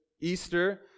Easter